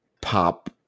pop